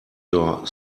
your